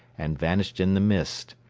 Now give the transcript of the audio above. and vanished in the mist.